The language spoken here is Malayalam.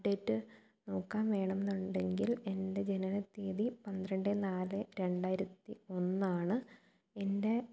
അപ്ഡേറ്റ് നോക്കാൻ വേണമെന്നുണ്ടെങ്കിൽ എൻ്റെ ജനനത്തീയതി പന്ത്രണ്ട് നാല് രണ്ടായിരത്തി ഒന്നാണ് എൻ്റെ